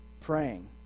praying